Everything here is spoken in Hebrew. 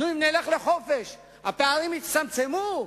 אם נלך לחופש הפערים יצטמצמו?